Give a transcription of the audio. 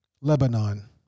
Lebanon